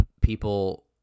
people